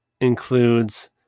includes